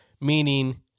Meaning